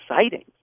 sightings